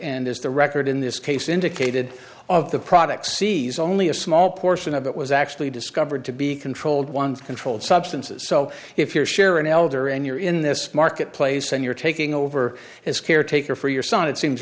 and is the record in this case indicated of the product sees only a small portion of it was actually discovered to be controlled one controlled substances so if you're sharon elder and you're in this marketplace and you're taking over as caretaker for your son it seems